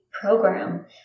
program